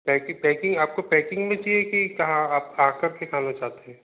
packing packing आपको packing में चाहिए कि कहाँ आप आ कर के खाना चाहते हैं